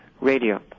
radio